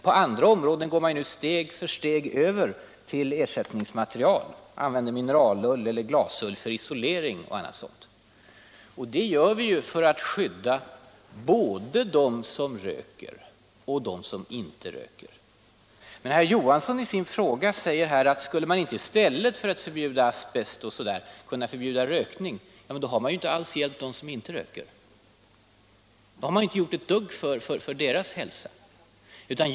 På andra områden går man nu steg för steg över till ersättningsmaterial, t.ex. mineralull och glasull för isolering och annat sådant. Det gör vi för att skydda både dem som röker och dem som inte röker. Herr Johansson undrar i sin fråga om man inte i stället för att förbjuda asbest skulle kunna förbjuda rökning. Men därmed har man inte alls gjort något för att förbättra förhållandena för dem som inte röker.